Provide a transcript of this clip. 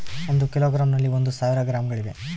ಒಂದು ಕಿಲೋಗ್ರಾಂ ನಲ್ಲಿ ಒಂದು ಸಾವಿರ ಗ್ರಾಂಗಳಿವೆ